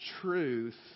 truth